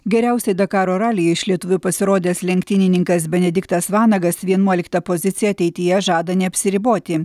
geriausiai dakaro ralyje iš lietuvių pasirodęs lenktynininkas benediktas vanagas vienuolikta pozicija ateityje žada neapsiriboti